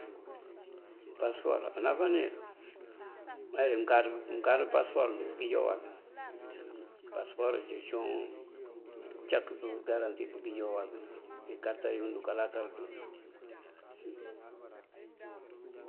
Pasëpor enáfánir, leegi mëënkáaţ pasëpor mëëndi káangíinjá uwáabiyoŋ. Pasëpor ţí cíwun uncak pëëngárantir pëëngíinjá uwabiyoŋ inkárëtayun dunká lákar ţël.